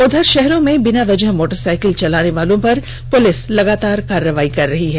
उधर शहरों में बिना वजह मोटरसाइकिल चलाने वालों पर पुलिस लगातार कार्रवाई कर रही है